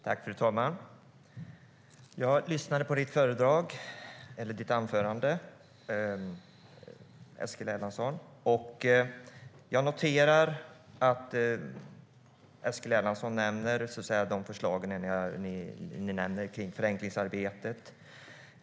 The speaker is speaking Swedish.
Fru talman! Jag lyssnade på ditt anförande, Eskil Erlandsson, och jag noterar att du nämner era förslag om förenklingsarbetet.